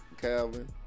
Calvin